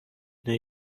new